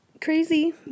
crazy